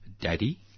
daddy